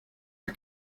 are